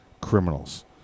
criminals